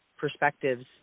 perspectives